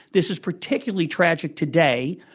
this is particularly tragic today,